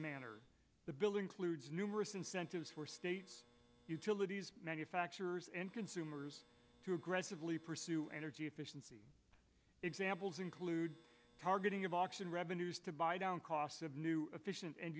manner the billing kluges numerous incentives for states manufacturers and consumers to aggressively pursue energy efficiency examples include targeting of auction revenues to buy down costs of new efficient and